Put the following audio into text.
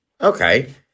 Okay